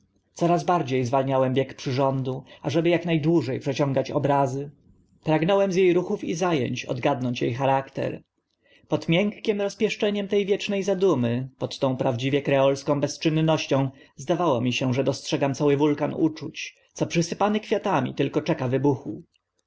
coraz bardzie zwalniałem bieg przyrządu ażeby ak na dłuże przeciągać obrazy pragnąłem z e ruchów i za ęć odgadnąć e charakter pod miękkim rozpieszczeniem te wieczne zadumy pod tą prawdziwie kreolską bezczynnością zdawało mi się że dostrzegam cały wulkan uczuć co przysypany kwiatami tylko czeka wybuchu